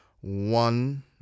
one